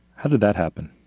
how did that happen?